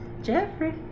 Jeffrey